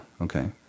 okay